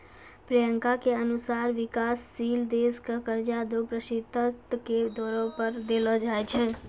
प्रियंका के अनुसार विकाशशील देश क कर्जा दो प्रतिशत के दरो पर देलो जाय छै